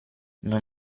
non